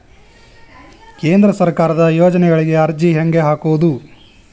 ಕೇಂದ್ರ ಸರ್ಕಾರದ ಯೋಜನೆಗಳಿಗೆ ಅರ್ಜಿ ಹೆಂಗೆ ಹಾಕೋದು?